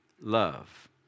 love